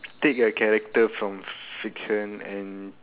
state a character from fiction and